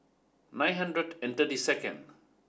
nine hundred and thirty second